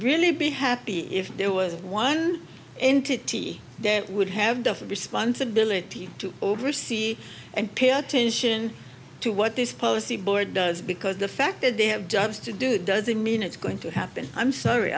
really be happy if there was one entity that would have different responsibility to oversee and pay attention to what this policy board does because the fact that they have jobs to do doesn't mean it's going to happen i'm sorry